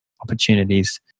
opportunities